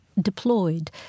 deployed